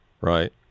right